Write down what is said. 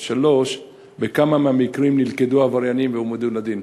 3. בכמה מהמקרים נלכדו העבריינים והועמדו לדין?